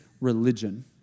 religion